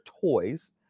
toys